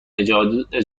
اجازه